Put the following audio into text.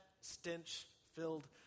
stench-filled